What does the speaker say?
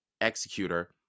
executor